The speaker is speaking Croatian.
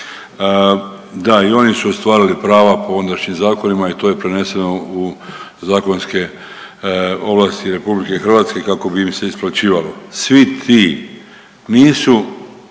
Da, i oni su ostvarili prava po ondašnjim zakonima i to je preneseno u zakonske ovlasti RH kako bi im se isplaćivalo. Svi ti nisu